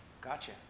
Gotcha